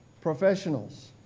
professionals